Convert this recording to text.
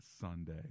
Sunday